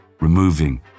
removing